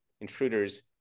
intruders